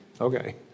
Okay